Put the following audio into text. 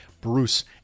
Bruce